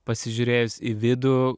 pasižiūrėjus į vidų